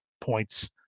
points